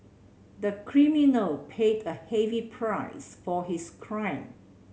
the criminal paid a heavy price for his crime